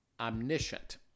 Omniscient